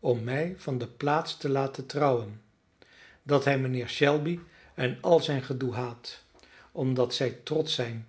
om mij van de plaats te laten trouwen dat hij mijnheer shelby en al zijn gedoe haat omdat zij trotsch zijn